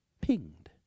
pinged